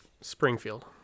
Springfield